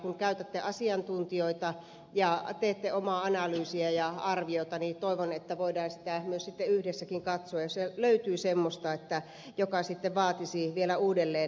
kun käytätte asiantuntijoita ja teette omaa analyysiä ja arviota toivon että voidaan sitä myös sitten yhdessäkin katsoa jos löytyy semmoista joka vaatisi vielä uudelleenarviointia